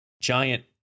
giant